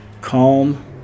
calm